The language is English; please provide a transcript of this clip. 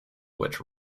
which